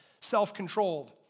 self-controlled